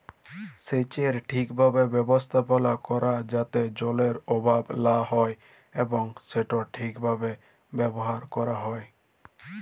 সেচের ঠিকভাবে ব্যবস্থাপালা ক্যরা যাতে জলের অভাব লা হ্যয় এবং সেট ঠিকভাবে ব্যাভার ক্যরা হ্যয়